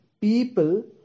people